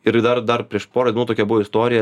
ir dar dar prieš porą dienų tokia buvo istorija